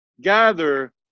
Gather